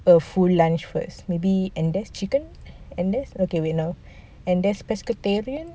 a full lunch first maybe and that's chicken and this okay wait no and there's vegetarian